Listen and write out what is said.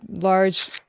large